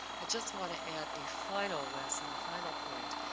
i just want to add a final lesson, a final point,